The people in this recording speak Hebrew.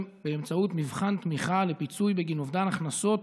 באמצעות מבחן תמיכה לפיצוי בגין אובדן הכנסות,